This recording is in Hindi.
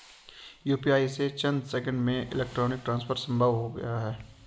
यूपीआई से चंद सेकंड्स में इलेक्ट्रॉनिक ट्रांसफर संभव हो गया है